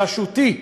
בראשותי,